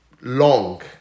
long